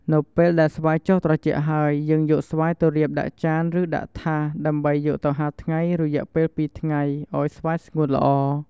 នៅពេលដែលស្វាយចុះត្រជាក់ហើយ យើងយកស្វាយទៅរៀបដាក់ចាន ឬដាក់ថាសដើម្បីយកទៅហាលថ្ងៃ រយៈពេល២ថ្ងៃឱ្យស្វាយស្ងួតល្អ។